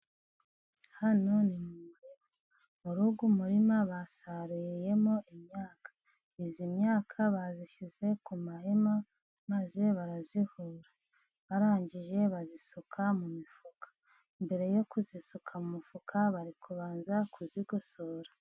Hano ni mu murima, muri uyu murima basaruyemo imyaka, iyi myaka bayishyize ku mahema maze barayihura, barangije bayisuka mu mifuka, mbere yo kuyisuka mu mifuka bari kubanza kuyigosora.